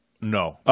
No